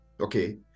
okay